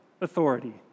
authority